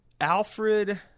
alfred